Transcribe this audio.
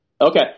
Okay